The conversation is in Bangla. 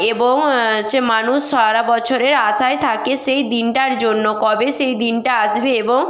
এবং হচ্ছে মানুষ সারা বছরে আশায় থাকে সেই দিনটার জন্য কবে সেই দিনটা আসবে এবং